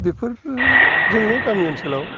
बेफोरजोंनो गामि ओनसोलाव